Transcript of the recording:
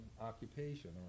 occupation